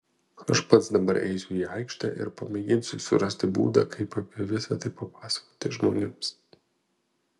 aš pats dabar eisiu į aikštę ir pamėginsiu surasti būdą kaip apie visa tai papasakoti žmonėms